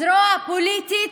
הזרוע הפוליטית,